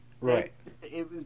Right